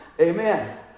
Amen